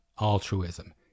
altruism